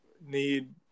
need